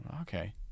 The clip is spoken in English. Okay